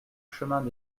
chemin